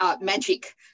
magic